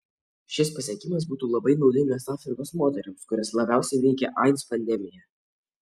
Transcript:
šis pasiekimas būtų labai naudingas afrikos moterims kurias labiausiai veikia aids pandemija